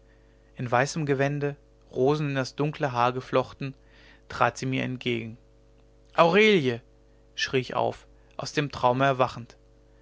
in weißem gewände rosen in das dunkle haar geflochten trat sie mir entgegen aurelie schrie ich auf aus dem traume erwachend